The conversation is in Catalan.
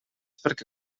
perquè